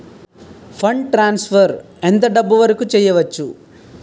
Fund transfer ఎంత డబ్బు వరుకు చేయవచ్చు?